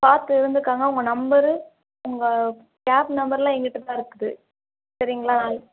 பார்த்து இருந்துக்கங்க உங்கள் நம்பரு உங்கள் கேப் நம்பருல்லாம் எங்கிட்ட தான் இருக்குது சரிங்களா நான்